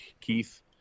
Keith